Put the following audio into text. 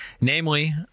Namely